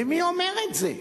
ומי אומר את זה?